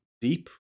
deep